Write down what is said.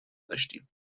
داشتیم